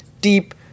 deep